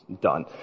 done